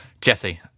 Jesse